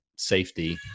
safety